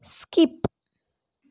skip